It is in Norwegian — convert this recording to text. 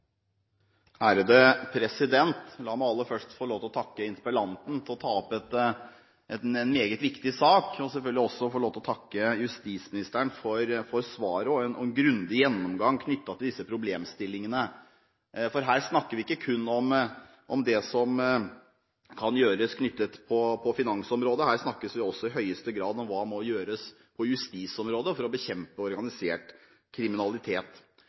La meg aller først få lov til å takke interpellanten for å ta opp en meget viktig sak og selvfølgelig også få lov til å takke justisministeren for svaret og en grundig gjennomgang knyttet til disse problemstillingene, for her snakker vi ikke kun om det som kan gjøres knyttet til finansområdet, her snakker vi også i høyeste grad om hva som må gjøres på justisområdet for å bekjempe organisert kriminalitet.